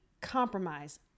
compromise